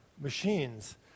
machines